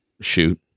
Shoot